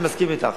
אני מסכים אתך.